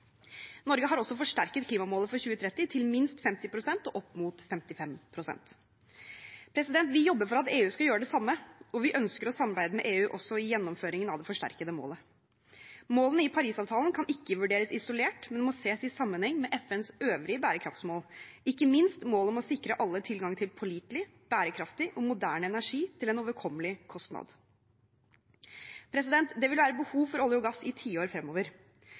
Norge har også forsterket klimamålet for 2030 til minst 50 pst. og opp mot 55 pst. Vi jobber for at EU skal gjøre det samme, og vi ønsker å samarbeide med EU også i gjennomføringen av det forsterkede målet. Målene i Parisavtalen kan ikke vurderes isolert, men må ses i sammenheng med FNs øvrige bærekraftsmål – ikke minst målet om å sikre alle tilgang til pålitelig, bærekraftig og moderne energi til en overkommelig kostnad. Det vil være behov for olje og gass i tiår fremover.